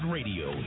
Radio